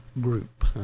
group